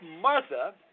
Martha